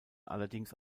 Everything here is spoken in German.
allerdings